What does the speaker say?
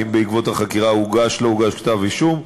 האם בעקבות החקירה הוגש או לא הוגש כתב-אישום,